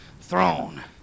throne